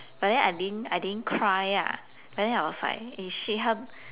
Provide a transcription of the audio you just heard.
but then I didn't I didn't cry lah but then I was like eh shit how